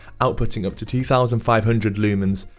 outputting up to two thousand five hundred lumens,